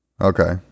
Okay